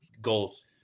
goals